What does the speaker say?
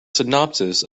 synopsis